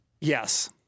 Yes